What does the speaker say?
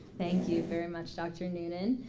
thank you very much dr. noonan.